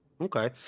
Okay